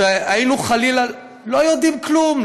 שחלילה לא היינו יודעים כלום,